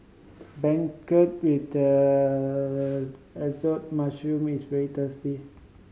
beancurd with assorted mushroom is very tasty